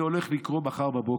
זה הולך לקרות מחר בבוקר.